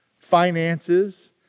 finances